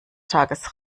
tages